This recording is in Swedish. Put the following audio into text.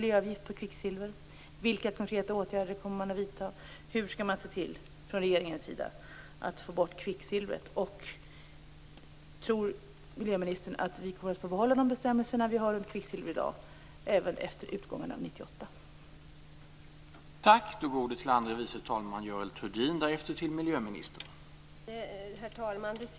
Jag skulle vilja ha ett litet mer konkret besked: Tror miljöministern att vi kommer att få behålla de bestämmelser vi har gällande kvicksilver i dag även efter utgången av 1998?